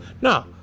No